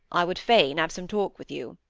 i would fain have some talk with you